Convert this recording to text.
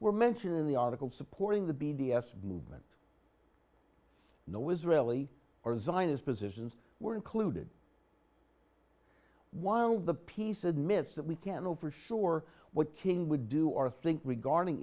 were mentioned in the article supporting the b d s movement no israeli or the sign is positions were included while the piece admits that we can't know for sure what king would do or think regarding